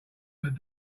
but